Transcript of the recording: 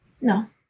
No